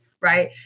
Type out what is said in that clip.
right